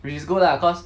which is good lah cause